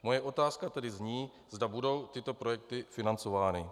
Moje otázka tedy zní, zda budou tyto projekty financovány.